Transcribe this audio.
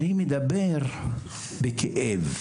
אני מדבר בכאב.